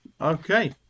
Okay